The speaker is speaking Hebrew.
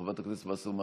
חבר הכנסת טור פז,